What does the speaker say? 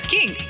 King